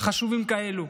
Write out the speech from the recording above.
חשובים כאלה.